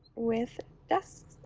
with desks.